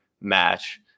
match